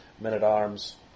men-at-arms